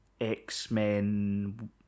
X-Men